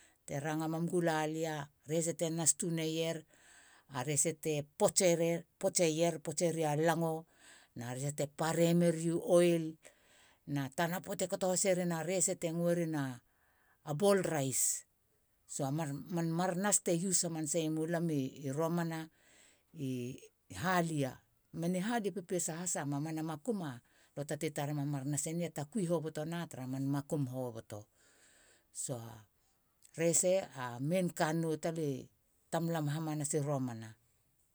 Te ranga mam gula lia. rese te nas tuneier. a rese te potseier. potseier. potse ri a lango. rese te parem meri u oil na tana poata kato haseren a ball rice so mar nas ti use hamase ri halia i romana meni halia pepesa has. a mamana makum lue tate tarema nas e ni. te takui hobotona tara man makum hoboto. A rese a main kannou tamlam hamasi romana.